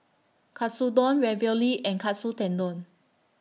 Katsudon Ravioli and Katsu Tendon